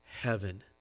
heaven